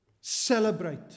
Celebrate